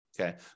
Okay